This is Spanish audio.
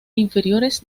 inferiores